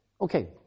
Okay